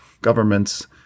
governments